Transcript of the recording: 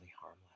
harmless